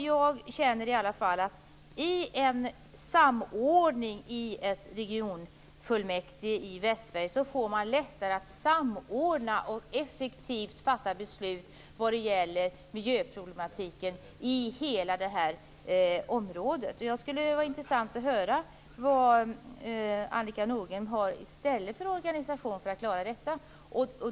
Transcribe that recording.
Jag känner i varje fall att man i ett regionfullmäktige i Västsverige får lättare att samordna och effektivt fatta beslut vad gäller miljöproblematiken i hela detta område. Det skulle vara intressant att höra vilken organisation Annika Nordgren i stället har för att klara detta.